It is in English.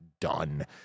done